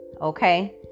Okay